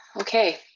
Okay